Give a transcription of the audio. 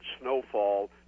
snowfall